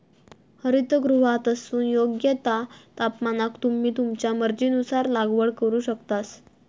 हरितगृहातसून योग्य त्या तापमानाक तुम्ही तुमच्या मर्जीनुसार लागवड करू शकतास